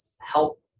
help